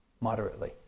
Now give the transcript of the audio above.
moderately